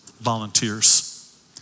volunteers